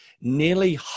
nearly